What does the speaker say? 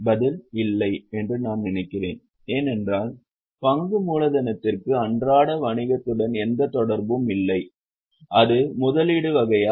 பதில் இல்லை என்று நான் நினைக்கிறேன் ஏனென்றால் பங்கு மூலதனத்திற்கு அன்றாட வணிகத்துடன் எந்த தொடர்பும் இல்லை அது முதலீடு வகையா